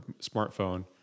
smartphone